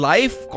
Life